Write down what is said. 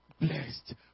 blessed